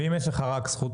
ואם יש לך רק זכות?